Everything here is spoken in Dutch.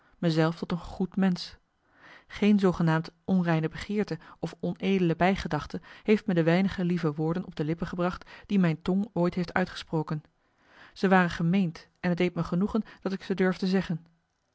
zelf tot een goed mensch geen zoogenaamd onreine begeerte of onedele bijgedachte heeft me de weinige lieve woorden op de lippen gebracht die mijn tong ooit heeft uitgesproken ze waren gemeend en het deed me genoegen dat ik ze durfde zeggen